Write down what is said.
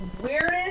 weirdest